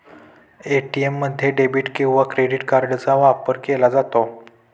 ATM मध्ये debit किंवा credit कार्डचा वापर केला जातो